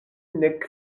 nek